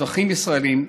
אזרחים ישראלים,